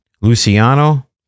Luciano